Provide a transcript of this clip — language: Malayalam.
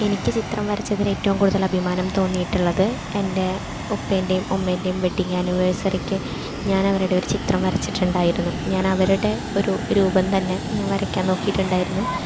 എനിക്ക് ചിത്രം വരച്ചതിലേറ്റവും കൂടുതൽ അഭിമാനം തോന്നിയിട്ടുള്ളത് എൻ്റെ ഉപ്പേൻ്റെയും ഉമ്മേൻ്റെയും വെഡിങ്ങ് ആനിവേഴ്സറിക്ക് ഞാനവരുടെ ഒരു ചിതം വരച്ചിട്ടുണ്ടായിരുന്നു ഞാനവരുടെ ഒരു രൂപം തന്നെ ഞാൻ വരക്കാൻ നോക്കിയിട്ടുണ്ടായിരുന്നു